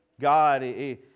God